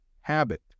habit